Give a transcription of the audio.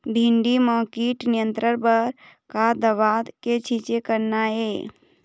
भिंडी म कीट नियंत्रण बर का दवा के छींचे करना ये?